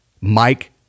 Mike